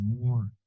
more